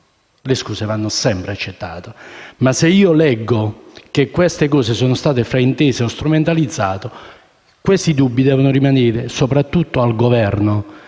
in un Paese democratico, ma se leggo che queste cose sono state fraintese o strumentalizzate, questi dubbi devono rimanere soprattutto al Governo